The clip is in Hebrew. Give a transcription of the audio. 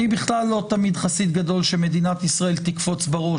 אני בכלל לא תמיד חסיד גדול שמדינת ישראל תקפוץ בראש